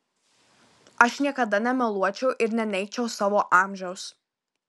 aš niekada nemeluočiau ir neneigčiau savo amžiaus